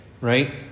Right